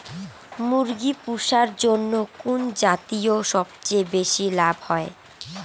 মুরগি পুষার জন্য কুন জাতীয় সবথেকে বেশি লাভ হয়?